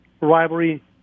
rivalry